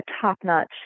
top-notch